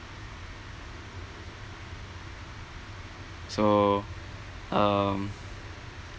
so um